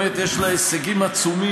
באמת יש לה הישגים עצומים,